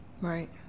right